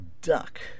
Duck